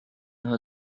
her